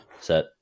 set